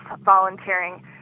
volunteering